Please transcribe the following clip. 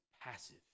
passive